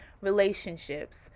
relationships